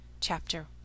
Chapter